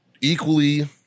equally